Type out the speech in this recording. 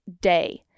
day